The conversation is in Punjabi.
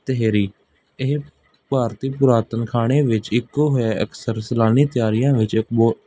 ਤੇਹਰੀ ਇਹ ਭਾਰਤੀ ਪੁਰਾਤਨ ਖਾਣੇ ਵਿੱਚ ਇੱਕੋ ਹੈ ਅਕਸਰ ਸੈਲਾਨੀ ਤਿਆਰੀਆਂ ਵਿੱਚ ਇੱਕ ਬਹੁਤ